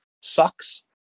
socks